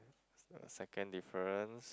second difference